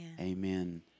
Amen